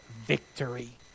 victory